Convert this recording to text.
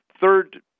third